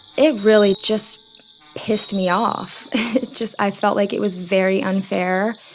it really just pissed me off. it just i felt like it was very unfair.